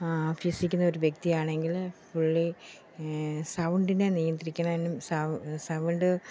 അഭ്യസിക്കുന്ന ഒരു വ്യക്തിയാണെങ്കിൽ പുള്ളി സൗണ്ടിനെ നിയന്ത്രിക്കുന്നതിനും സൗണ്ട്